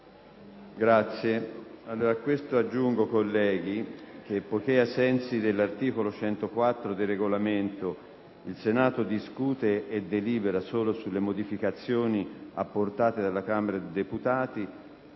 Onorevoli colleghi, poiché, ai sensi dell'articolo 104 del Regolamento, il Senato discute e delibera solo sulle modificazioni apportate dalla Camera dei deputati,